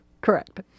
Correct